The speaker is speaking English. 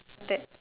that